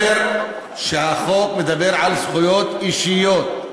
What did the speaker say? אני אומר שהחוק מדבר על זכויות אישיות,